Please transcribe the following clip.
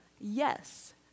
Yes